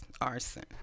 arson